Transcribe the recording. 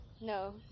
No